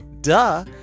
Duh